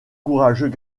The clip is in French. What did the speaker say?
courageux